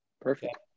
perfect